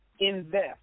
Invest